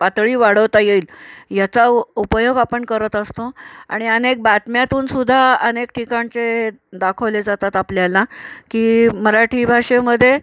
पातळी वाढवता येईल याचा उ उपयोग आपण करत असतो आणि अनेक बातम्यातून सुद्धा अनेक ठिकाणचे दाखवले जातात आपल्याला की मराठी भाषेमध्ये